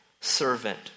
servant